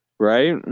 right